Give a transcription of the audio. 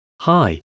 Hi